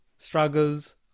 struggles